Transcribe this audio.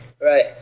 Right